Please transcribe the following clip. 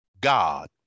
God